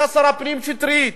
היה שר הפנים שטרית,